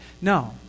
no